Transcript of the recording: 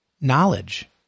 knowledge